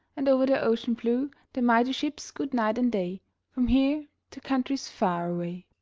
and o'er the ocean blue the mighty ships scoot night and day from here to countries far away.